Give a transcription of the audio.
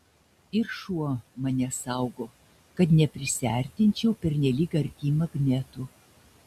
ir šuo mane saugo kad neprisiartinčiau pernelyg arti magnetų